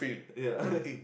ya